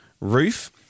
roof